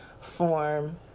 form